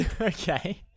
Okay